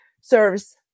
serves